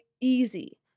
easy